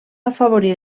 afavorir